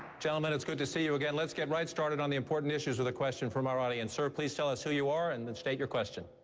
gentlemen, it's good to see you again. let's get started on the important issues with a question from our audience. sir, please tell us who you are and and state your question.